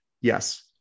Yes